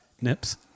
Nips